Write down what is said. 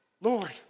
Lord